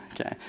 Okay